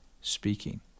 speaking